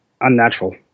unnatural